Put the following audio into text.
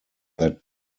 that